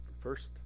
First